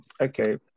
Okay